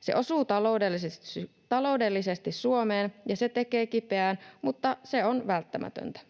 Se osuu taloudellisesti Suomeen ja se tekee kipeää, mutta se on välttämätöntä.